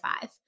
five